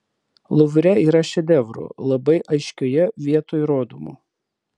luvre yra šedevrų labai aiškioje vietoj rodomų